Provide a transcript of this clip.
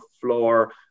floor